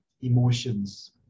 Emotions